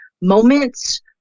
moments